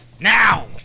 Now